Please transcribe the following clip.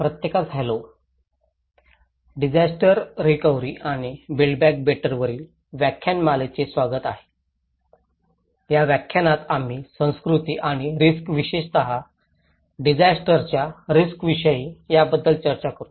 प्रत्येकास hello disaster recovery आणि build back better वरील व्याख्यानमालेचे स्वागत आहे या व्याख्यानात आम्ही संस्कृती आणि रिस्क विशेषत डिसास्टरच्या रिस्कविषयी याबद्दल चर्चा करू